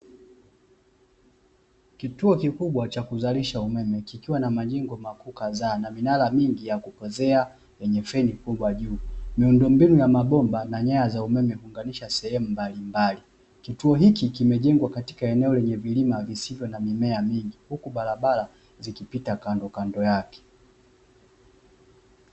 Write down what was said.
Kituo kikubwa cha kuzalisha umeme kikiwa na majengo makuu kadhaa na minara mingi ya kupoozea yenye feni kubwa juu. Miundombinu ya mabomba na nyaya za umeme huunganisha sehemu mbalimbali, kituo hiki kimejengwa katika eneo lenye vilima visivyo na mimea mingi huku barabara zikipita kandokando yake.